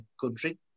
country